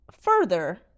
further